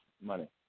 money